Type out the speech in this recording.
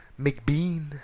McBean